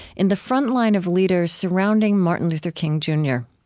in the front line of leaders surrounding martin luther king, jr.